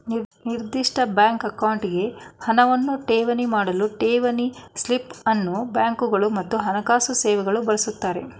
ನಿರ್ದಿಷ್ಟ ಬ್ಯಾಂಕ್ ಅಕೌಂಟ್ಗೆ ಹಣವನ್ನ ಠೇವಣಿ ಮಾಡಲು ಠೇವಣಿ ಸ್ಲಿಪ್ ಅನ್ನ ಬ್ಯಾಂಕ್ಗಳು ಮತ್ತು ಹಣಕಾಸು ಸೇವೆಗಳು ಬಳಸುತ್ತಾರೆ